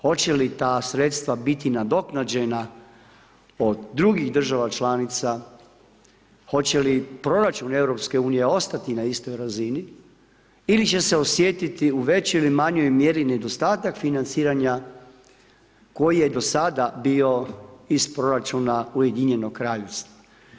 Hoće li ta sredstva biti nadoknađena od drugih država članica, hoće li proračun EU ostati na istoj razini ili će se osjetiti u većoj ili manjoj mjeri nedostatak financiranja koji je do sada bio iz proračuna Ujedinjenog Kraljevstva.